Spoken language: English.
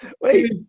Wait